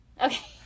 Okay